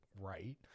right